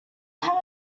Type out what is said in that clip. have